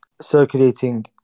circulating